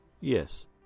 Yes